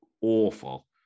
awful